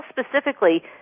specifically